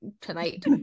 Tonight